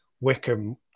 Wickham